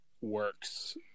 works